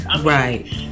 right